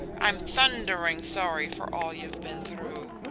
i'm thundering sorry for all you've been through.